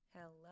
Hello